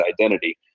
identity